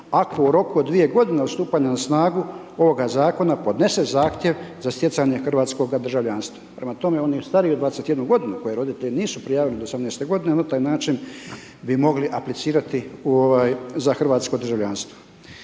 ako u roku od 2 godine od stupanja na snagu ovoga zakona podnese zahtjev za stjecanje hrvatskoga državljanstva. Prema tome, oni stariji od 21 godinu koji roditelji nisu prijavili do 18 godine, na taj način bi mogli aplicirati za hrvatsko državljanstvo.